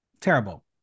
Terrible